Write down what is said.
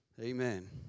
Amen